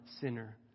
sinner